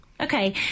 Okay